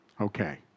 Okay